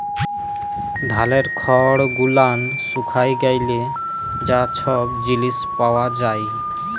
ধালের খড় গুলান শুকায় গ্যালে যা ছব জিলিস পাওয়া যায়